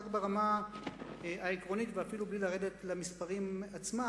רק ברמה העקרונית ואפילו בלי לרדת למספרים עצמם,